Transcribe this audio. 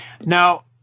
Now